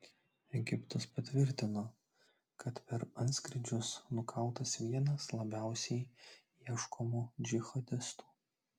egiptas patvirtino kad per antskrydžius nukautas vienas labiausiai ieškomų džihadistų